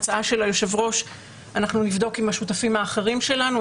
נבדוק את ההצעה של היושב-ראש עם השותפים האחרים שלנו.